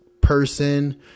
person